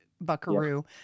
buckaroo